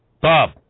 Bob